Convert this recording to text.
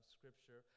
Scripture